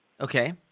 Okay